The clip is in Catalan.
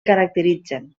caracteritzen